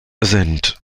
sind